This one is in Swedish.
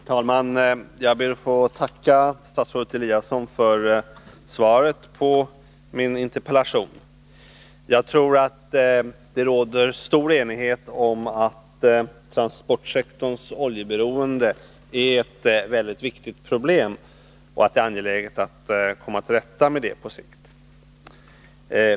Herr talman! Jag ber att få tacka statsrådet Eliasson för svaret på min interpellation. Jag tror att det råder stor enighet om att transportsektorns oljeberoende är ett mycket stort problem och att det är angeläget att komma till rätta med det på sikt.